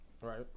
Right